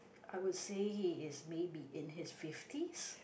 I would say he is maybe in his fifties